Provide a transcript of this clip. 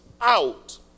out